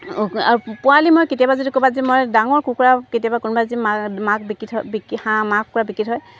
অঁ আৰু পোৱালি মই কেতিয়াবা যদি ক'ৰবাত যদি মই ডাঙৰ কুকুৰা কেতিয়াবা কোনোবাই যদি মাক মাক বিকি থয় বিক্ৰী হাঁহ মাক কুকুৰা বিকি থয়